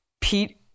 Pete